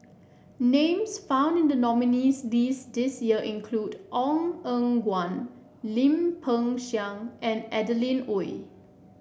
names found in the nominees' list this year include Ong Eng Guan Lim Peng Siang and Adeline Ooi